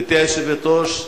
גברתי היושבת-ראש,